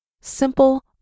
simple